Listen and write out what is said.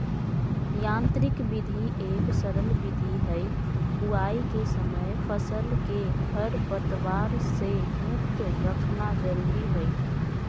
यांत्रिक विधि एक सरल विधि हई, बुवाई के समय फसल के खरपतवार से मुक्त रखना जरुरी हई